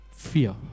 fear